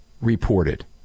reported